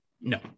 No